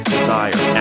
Desire